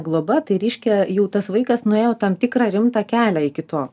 globa tai reiškia jų tas vaikas nuėjo tam tikrą rimtą kelią iki to